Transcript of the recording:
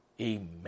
amen